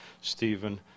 Stephen